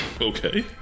Okay